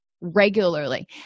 regularly